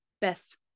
best